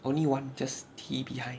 only one just T behind